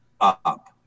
up